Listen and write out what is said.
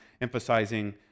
emphasizing